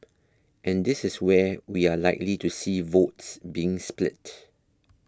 and this is where we are likely to see votes being split